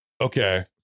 okay